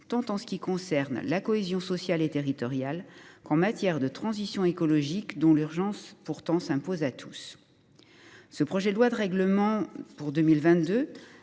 tant en ce qui concerne la cohésion sociale et territoriale qu’en matière de transition écologique, dont l’urgence s’impose pourtant à tous. Ce projet de loi de règlement de